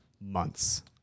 months